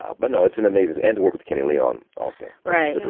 ah but now it's an amazing end work with kenny leon. also, brian, the